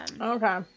okay